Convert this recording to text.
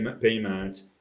payment